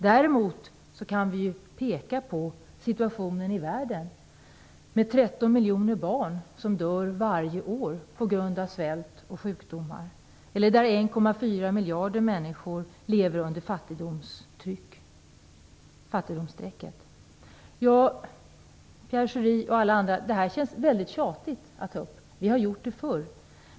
Däremot kan vi peka på situationen i världen med 13 miljoner barn som på grund av svält och sjukdomar dör varje år eller där 1,4 miljarder människor lever under fattigdomsstrecket. Ja, Pierre Schori och andra, detta känns väldigt tjatigt att ta upp. Vi har gjort det förr.